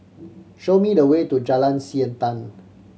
show me the way to Jalan Siantan